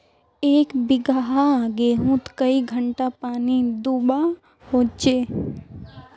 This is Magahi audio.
एक बिगहा गेँहूत कई घंटा पानी दुबा होचए?